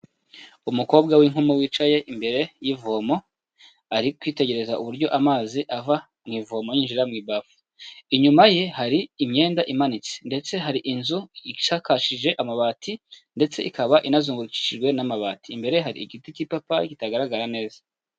Umukobwa w'inkumi wicaye imbere y'ivomo ari kwitegereza uburyo amazi ava mu ivomo yinjira mu ibafu inyuma ye hari imyenda imanitse ndetse hari inzu isakarishije amabati ndetse ikaba inazengurukishijwe n'amabati, imbere hari igiti cy'ipapayi kitagaragara neza.